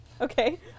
Okay